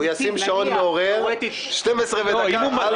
הוא ישים שעון מעורר וב-24:01 --- היועץ